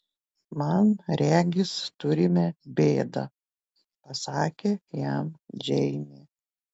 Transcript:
man regis turime bėdą pasakė jam džeinė